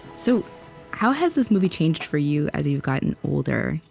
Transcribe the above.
so how has this movie changed for you as you've gotten older,